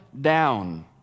down